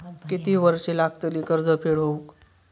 किती वर्षे लागतली कर्ज फेड होऊक?